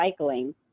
recycling